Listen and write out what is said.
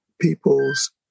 people's